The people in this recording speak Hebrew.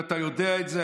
ואתה יודע את זה,